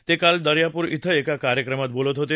ते काल दर्यापूर कें एका कार्यक्रमात बोलत होते